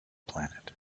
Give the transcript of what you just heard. planet